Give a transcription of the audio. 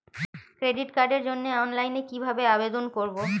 Credit কার্ডের জন্য অনলাইনে কিভাবে আবেদন করব?